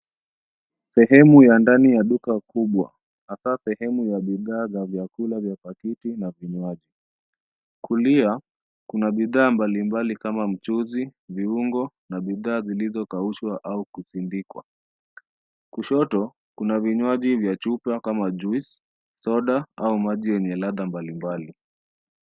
Sehemu ya ndani ya duka kubwa hasa sehemu ya bidhaa za vyakula vya pakiti na vinywaji. Kulia, kuna bidhaa mbalimbali kama mchuzi, viungo na bidhaa zilizokaushwa au kusindikwa. Kushoto, kuna vinywaji vya chupa kama juice , soda au maji yenye ladha mbalimbali.